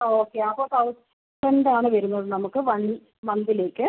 okay അപ്പോൾ thousand ആണ് വരുന്നത് നമുക്ക് വൺ മന്തിലേക്ക്